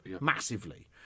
massively